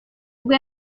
ubwo